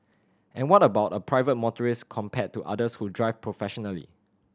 and what about a private motorist compared to others who drive professionally